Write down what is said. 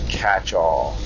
catch-all